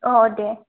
अ दे